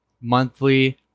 Monthly